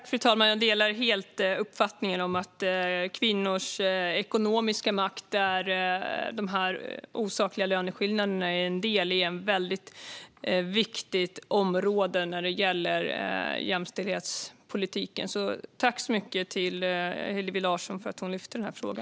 Fru talman! Jag delar helt uppfattningen om kvinnors ekonomiska makt. De osakliga löneskillnaderna är ett mycket viktigt område när det gäller jämställdhetspolitiken. Jag säger tack så mycket till Hillevi Larsson för att hon lyfte denna fråga.